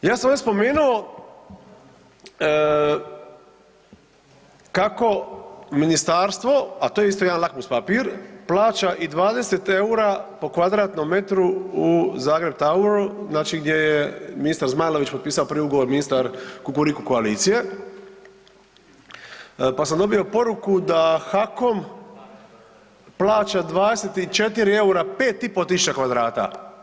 Ja sam ovdje spomenuo kako ministarstvo, a to je isto jedan lakmus papir plaća i 20 eura po kvadratnom metru u Zagrebtoweru, znači gdje je ministar Zmajlović potpisao prvi ugovor, ministar Kukuriku koalicije, pa sam dobio poruku da HAKOM plaća 24 eura pet i pol tisuća kvadrata.